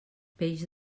peix